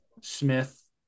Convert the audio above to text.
Smith